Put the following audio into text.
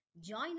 join